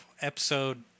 episode